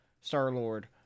Star-Lord